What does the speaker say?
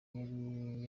yari